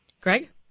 Greg